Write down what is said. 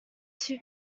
too